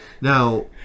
Now